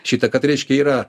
šitą kad reiškia yra